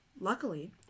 luckily